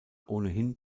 ohnehin